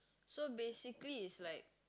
so basically is like